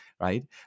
right